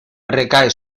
recae